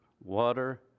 Water